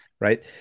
right